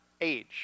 age